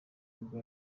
nibwo